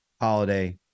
Holiday